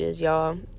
y'all